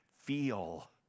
feel